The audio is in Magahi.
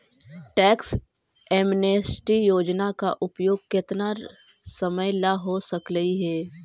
टैक्स एमनेस्टी योजना का उपयोग केतना समयला हो सकलई हे